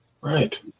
Right